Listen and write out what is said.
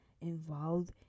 involved